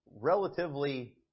relatively